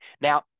Now